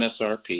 MSRP